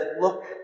look